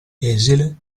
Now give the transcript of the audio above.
esile